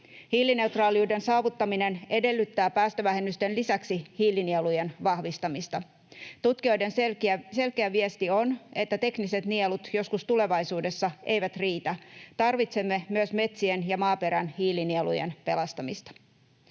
Hiilineutraaliuden saavuttaminen edellyttää päästövähennysten lisäksi hiilinielujen vahvistamista. Tutkijoiden selkeä viesti on, että tekniset nielut joskus tulevaisuudessa eivät riitä. Tarvitsemme myös metsien ja maaperän hiilinielujen pelastamista.